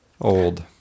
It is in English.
old